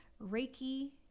Reiki